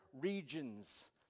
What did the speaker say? regions